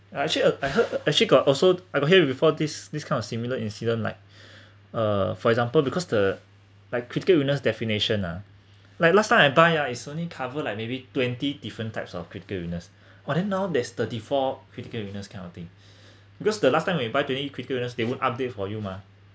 ah actually I heard actually got also I got hear before this this kind of similar incidents like uh for example because the like critical illness definition lah like last time ah is only cover like maybe twenty different types of critical illness but then now there's thirty four critical illness kind of thing because the last time when we buy twenty critical illness they won't update for you mah